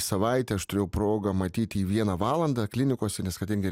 savaitę aš turėjau progą matyt jį vieną valandą klinikose nes kadangi